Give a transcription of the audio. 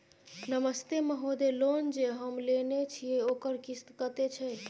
नमस्ते महोदय, लोन जे हम लेने छिये ओकर किस्त कत्ते छै?